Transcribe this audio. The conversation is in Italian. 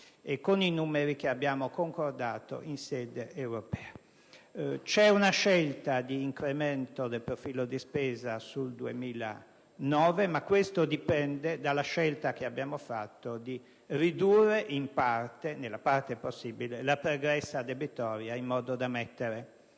e con i numeri che abbiamo concordato in sede europea. Vi è una scelta di incremento del profilo di spesa sul 2009, ma questo dipende dalla scelta che abbiamo fatto di ridurre in parte (nella parte possibile) la pregressa situazione debitoria in modo da mettere